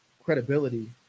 credibility